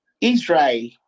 Israel